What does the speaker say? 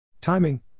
Timing